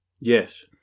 Yes